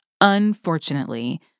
Unfortunately